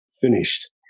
Finished